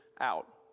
out